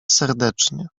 serdecznie